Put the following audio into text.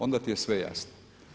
Onda ti je sve jasno.